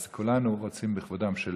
אז כולנו רוצים בכבודן של